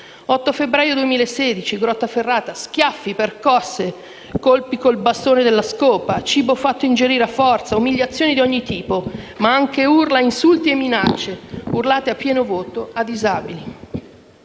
l'8 febbraio 2016, Grottaferrata: schiaffi, percosse, colpi col bastone della scopa, cibo fatto ingerire a forza, umiliazioni di ogni tipo, ma anche urla, insulti e minacce urlate a pieno volto a disabili.